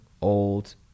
old